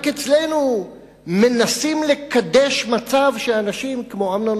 רק אצלנו מנסים לקדש מצב שאנשים כמו אמנון